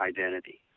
identity